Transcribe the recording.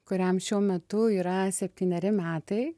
kuriam šiuo metu yra septyneri metai